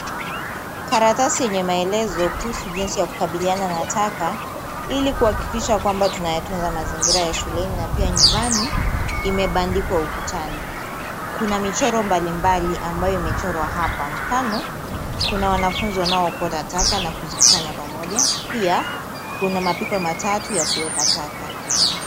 Karatasi yenye maelezo kuhusu jinsi ya kukabiliana na taka, ili kuhakikisha kwamba tunayatunza mazingira ya shuleni na pia nyumbani. Imebandikwa ukutani. Kuna michoro mbalimbali ambayo imechorwa hapa. Mfano, kuna wanafunzi wanaokota taka na kuzikusanya pamoja, pia kuna mapipa matatu ya kuweka taka.